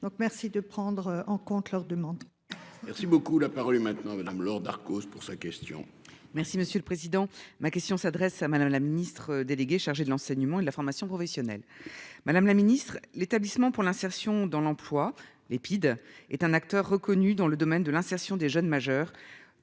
merci de prendre en compte leurs demandes. Merci beaucoup. La parole maintenant à Madame Laure Darcos pour sa question. Merci monsieur le président, ma question s'adresse à Madame la Ministre déléguée chargée de l'enseignement et la formation professionnelle, madame la Ministre, l'établissement pour l'insertion dans l'emploi l'Epide est un acteur reconnu dans le domaine de l'insertion des jeunes majeurs.